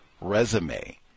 resume